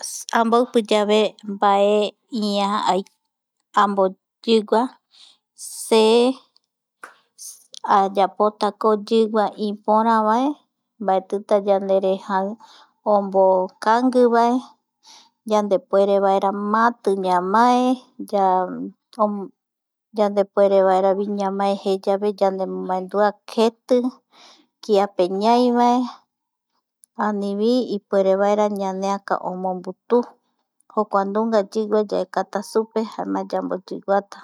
Amboipiyave mbae ia amboyigua se ayapotako ñee iporavae mbaetita ñanerejai ombokangui vaere yandepuerevaera mati ñamae yandepuerevaeravi ñamaeje yave yanemombaedua keti kiape ñaivae anivi ipuerevaera ñaneaka ombombutuu jokua nunga yigua yaekata supe jaema yamoyiguata